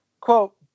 quote